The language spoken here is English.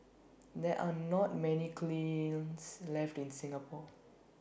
there are not many kilns left in Singapore